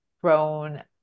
grown